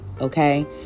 okay